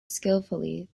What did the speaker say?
skillfully